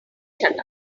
shut